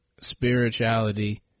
Spirituality